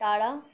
তারা